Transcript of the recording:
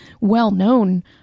well-known